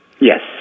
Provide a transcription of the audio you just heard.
Yes